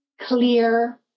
clear